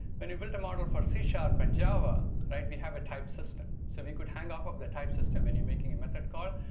when you build a model for c-sharp and java, we have a type system. so we could hang up of the type system when you're making a method call.